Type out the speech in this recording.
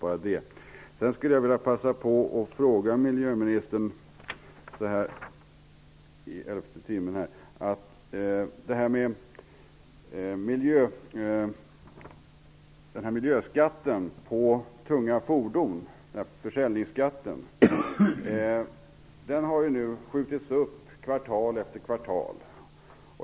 Så här i elfte timmen skulle jag vilja passa på att ställa en fråga till miljöministern angående försäljningsskatten på tunga fordon. Den skatten har nu skjutits upp kvartal efter kvartal.